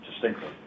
distinctly